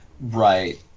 Right